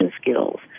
skills